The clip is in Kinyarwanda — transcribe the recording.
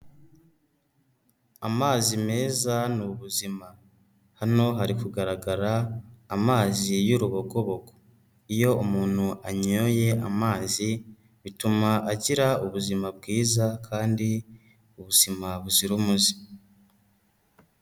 Amazi meza ni ubuzima. Hano hari kugaragara amazi y'urubogobogo. Iyo umuntu anyoye amazi bituma agira ubuzima bwiza kandi ubuzima buzira umuze.